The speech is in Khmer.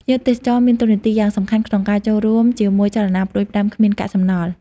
ភ្ញៀវទេសចរមានតួនាទីយ៉ាងសំខាន់ក្នុងការចូលរួមជាមួយចលនាផ្តួចផ្តើមគ្មានកាកសំណល់។